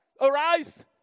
arise